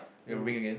you ring again